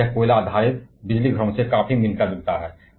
यानी यह कोयला आधारित बिजलीघरों से काफी मिलता जुलता है